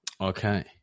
Okay